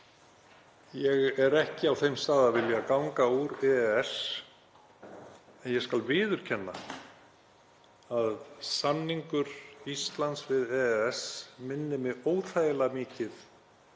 Ég er ekki á þeim stað að vilja ganga úr EES en ég skal viðurkenna að samningur Íslands við EES minnir mig óþægilega mikið